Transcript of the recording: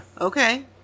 Okay